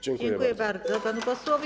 Dziękuję bardzo panu posłowi.